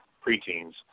pre-teens